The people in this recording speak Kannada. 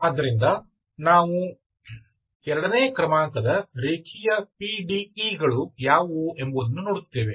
ಆದ್ದರಿಂದ ನಾವು ಎರಡನೇ ಕ್ರಮಾಂಕದ ರೇಖೀಯ ಪಿಡಿಇ ಗಳು ಯಾವುವು ಎಂಬುದನ್ನು ನೋಡುತ್ತೇವೆ